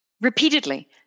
Repeatedly